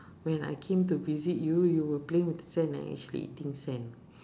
when I came to visit you you were playing with the sand and actually eating sand